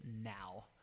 now